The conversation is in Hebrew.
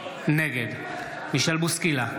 נגד מישל בוסקילה,